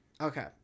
Okay